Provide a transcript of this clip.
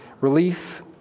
relief